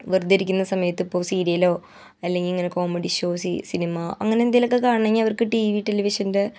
വെറുതെ ഇരിക്കുന്ന സമയത്തിപ്പോൾ സീരിയലോ അല്ലെങ്കിൽ ഇങ്ങനെ കോമഡി ഷോസ് സിനിമ അങ്ങനെ എന്തെങ്കിലുമൊക്കെ കാണണമെങ്കിൽ ടി വി ടെലിവിഷൻ്റെ